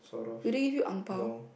do they give you Ang Bao